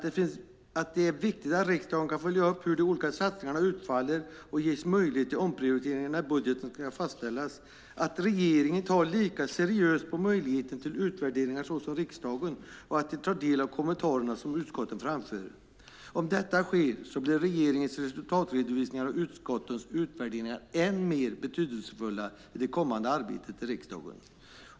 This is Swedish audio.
Det är viktigt att riksdagen kan följa upp hur de olika satsningarna utfaller och ges möjlighet till omprioriteringar när budgeten ska fastställas. Likaså är det viktigt att regeringen tar lika seriöst på möjligheten till utvärderingar som riksdagen och också tar del av de kommentarer som utskotten framför. Om det sker blir regeringens resultatredovisningar och utskottens utvärderingar än mer betydelsefulla i det kommande arbetet i riksdagen.